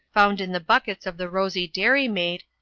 found in the buckets of the rosy dairymaid,